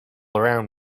around